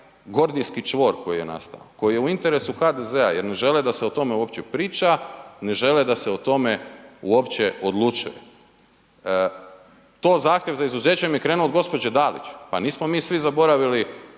gordijski čvor koji je nastao koji je u interesu HDZ-a jer ne žele da se o tome uopće priča, ne žele da se o tome uopće odlučuje. To zahtjev za izuzećem je krenuo od gospođe Dalić, pa nismo mi svi zaboravili